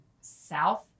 south